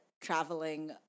traveling